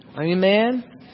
Amen